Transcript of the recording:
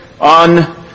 on